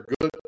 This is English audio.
good